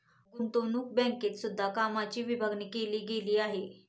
गुतंवणूक बँकेत सुद्धा कामाची विभागणी केली गेली आहे